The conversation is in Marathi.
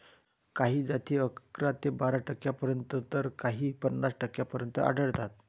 काही जाती अकरा ते बारा टक्क्यांपर्यंत तर काही पन्नास टक्क्यांपर्यंत आढळतात